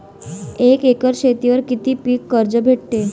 एक एकर शेतीवर किती पीक कर्ज भेटते?